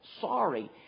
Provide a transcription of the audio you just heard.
sorry